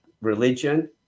religion